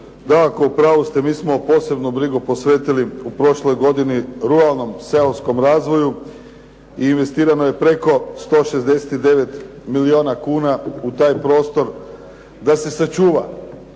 Dakako u pravu ste, mi smo posebnu brigu posvetili u prošloj godini ruralnom seoskom razvoju i investirano je preko 169 milijuna kuna u taj prostor da se sačuva